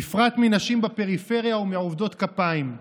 בפרט מנשים בפריפריה ומעובדות כפיים,